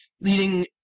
leading